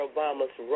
Obama's